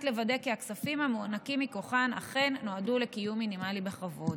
לוודא כי הכספים המוענקים מכוחן אכן נועדו לקיום מינימלי בכבוד.